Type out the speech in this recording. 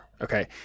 okay